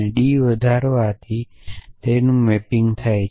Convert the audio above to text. D વધારવા ડી થી મેપિંગ છે